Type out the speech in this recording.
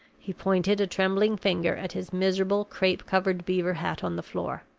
he pointed a trembling finger at his miserable crape-covered beaver hat on the floor.